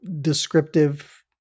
descriptive